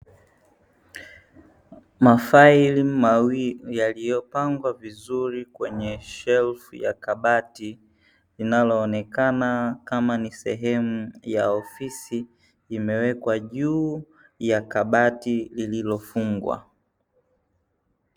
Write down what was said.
Mafaili mawili yaliyopangwa vizuri kwenye shelfu ya kabati linaloonekena kama ni sehemu ya ofisi, imewekwa juu ya kabati lililofungwa.